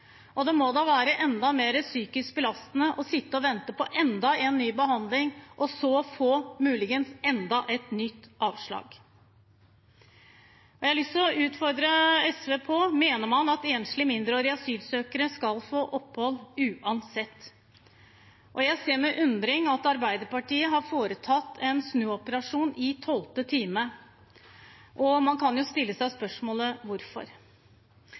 og det må da være enda mer psykisk belastende å sitte og vente på ny behandling og så muligens få enda et nytt avslag. Jeg har lyst til å utfordre SV på dette: Mener man at enslige mindreårige asylsøkere skal få opphold uansett? Jeg ser med undring at Arbeiderpartiet har foretatt en snuoperasjon i tolvte time. Man kan jo stille seg spørsmålet: Hvorfor?